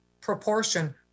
proportion